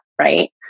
Right